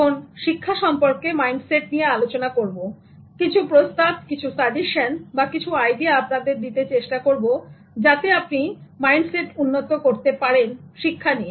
এখন শিক্ষা সম্পর্কে মাইন্ডসেট নিয়ে আলোচনা করব কিছু প্রস্তাব কিছু সাজেশনকিছু আইডিয়া আপনাদের দিতে চেষ্টা করব যাতে আপনি মাইন্ডসেট উন্নত করতে পারেন শিক্ষা নিয়ে